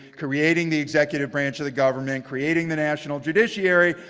creating the executive branch of the government, creating the national judiciary.